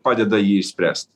padeda jį išspręst